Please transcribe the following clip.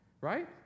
Right